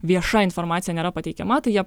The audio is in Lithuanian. vieša informacija nėra pateikiama tai jie